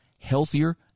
healthier